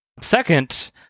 Second